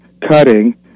cutting